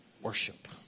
worship